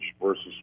versus